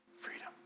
freedom